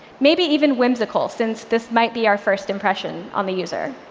maybe even whimsical, since this might be our first impression on the user.